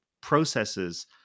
processes